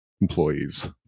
employees